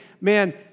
man